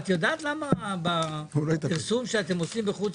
את יודעת למה בפרסום שאתם עושים בחוץ